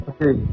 Okay